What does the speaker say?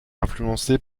influencé